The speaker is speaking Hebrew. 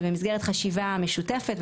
ובמסגרת חשיבה משותפת,